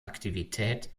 aktivität